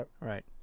right